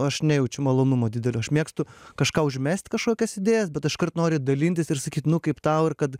aš nejaučiu malonumo didelio aš mėgstu kažką užmest kažkokias idėjas bet iškart noriu dalintis ir sakyti nu kaip tau ir kad